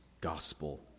gospel